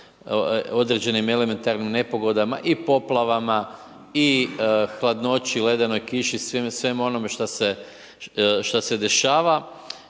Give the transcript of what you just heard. određenih elementarnim nepogodama i poplavama i hladnoći i ledenoj kiši, svemu onome što se dešava